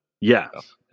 Yes